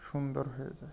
সুন্দর হয়ে যায়